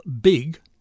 big